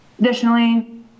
Additionally